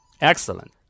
Excellent